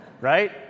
Right